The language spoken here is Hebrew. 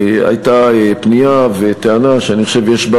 הייתה פנייה וטענה שאני חושב שיש לה